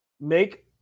make